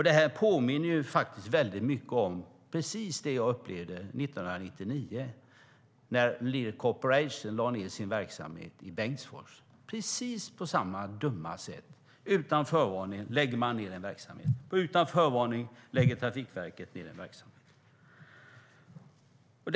Detta påminner väldigt mycket om det jag upplevde 1999, när Lear Corporation lade ned sin verksamhet i Bengtsfors på precis samma dumma sätt: utan förvarning lägger man ned en verksamhet. Utan förvarning lägger Trafikverket ned en verksamhet.